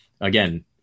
again